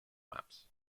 maps